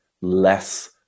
less